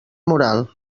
moral